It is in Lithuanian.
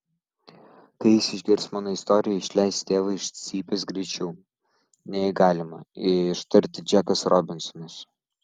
kai jis išgirs mano istoriją išleis tėvą iš cypės greičiau nei galima ištarti džekas robinsonas